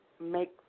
make